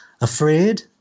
afraid